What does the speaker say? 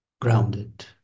grounded